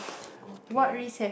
okay